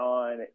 on